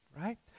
right